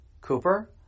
Cooper